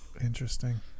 Interesting